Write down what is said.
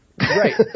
Right